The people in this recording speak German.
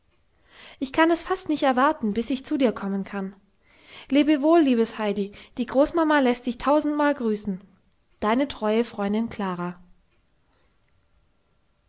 ich kann es fast nicht erwarten bis ich zu dir kommen kann lebe wohl liebes heidi die großmama läßt dich tausendmal grüßen deine treue freundin klara